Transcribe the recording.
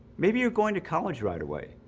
maybe you're going to college right away.